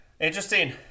interesting